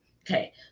Okay